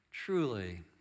Truly